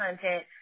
content